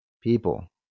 People